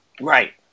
Right